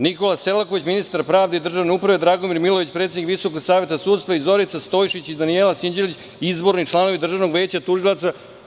Nikola Selaković, ministar pravde i državne uprave, Dragomir Milojević, predsednik Visokog saveta sudstva i Zorica Stojšić i Danijela Sinđelić, izborni članovi Državnog veća tužilaca.